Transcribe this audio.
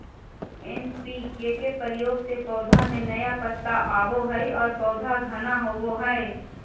NPK के प्रयोग से पौधा में नया पत्ता आवो हइ और पौधा घना होवो हइ